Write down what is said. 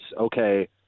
okay